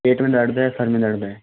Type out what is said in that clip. पेट में दर्द है सिर में दर्द है